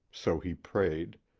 so he prayed,